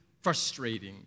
frustrating